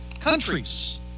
countries